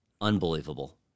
unbelievable